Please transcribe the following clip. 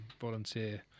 volunteer